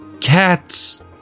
Cat's